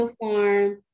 Farm